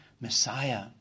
Messiah